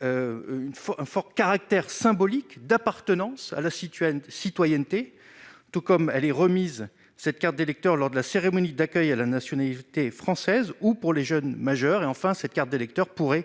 un fort caractère symbolique d'appartenance à la citoyenneté, citoyenneté, tout comme elle est remise, cette carte d'électeur, lors de la cérémonie d'accueil à la nationalité française ou pour les jeunes majeurs et enfin cette carte d'électeur pourrait